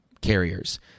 carriers